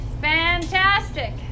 Fantastic